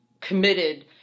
committed